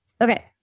Okay